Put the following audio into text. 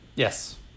Yes